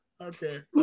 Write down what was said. Okay